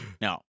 No